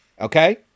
Okay